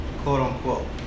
quote-unquote